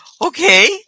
okay